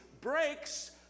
breaks